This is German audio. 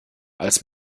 als